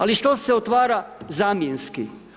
Ali što se otvara zamjenski?